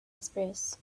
express